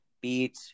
beat